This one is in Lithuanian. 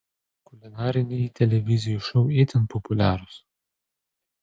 kulinariniai televizijų šou itin populiarūs